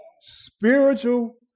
spiritual